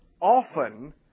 often